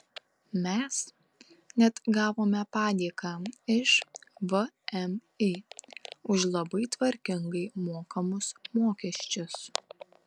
mes net gavome padėką iš vmi už labai tvarkingai mokamus mokesčius